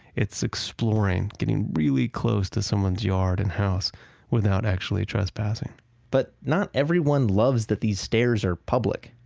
it's exploring, getting really close to someone's yard and house without actually trespassing but not everyone loves that these stairs are public.